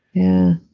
yeah.